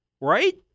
right